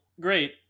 great